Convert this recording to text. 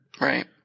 Right